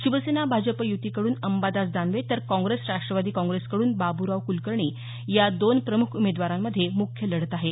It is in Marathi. शिवसेना भाजप युतीकडून अंबादास दानवे तर काँग्रेस राष्ट्रवादी काँग्रेसकडून बाब्राव क्लकर्णी या दोन प्रमुख उमेदवारांमध्ये मुख्य लढत आहे